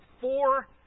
four